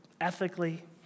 ethically